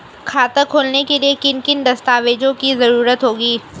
खाता खोलने के लिए किन किन दस्तावेजों की जरूरत होगी?